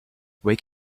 wake